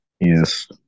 Yes